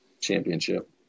championship